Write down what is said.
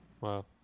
Wow